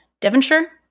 Devonshire